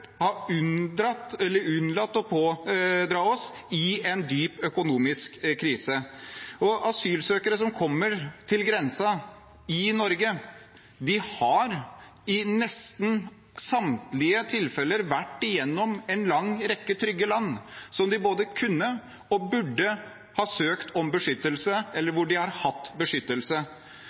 unnlatt å pådra oss i en dyp økonomisk krise. Asylsøkere som kommer til grensen i Norge, har i nesten samtlige tilfeller vært gjennom en lang rekke trygge land, som de både kunne og burde ha søkt om beskyttelse i, eller hvor de har hatt beskyttelse.